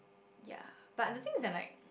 ya but the thing is like